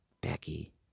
Becky